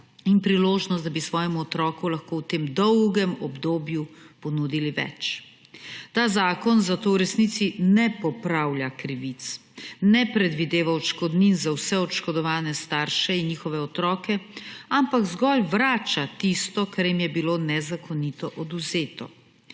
in priložnost, da bi svojemu otroku lahko v tem dolgem obdobju ponudili več. Ta zakon zato v resnici ne popravlja krivic, ne predvideva odškodnin za vse oškodovane starše in njihove otroke, ampak zgolj vrača tisto, kar jim je bilo nezakonito odvzeto.